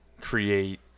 create